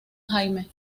jaime